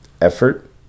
effort